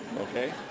Okay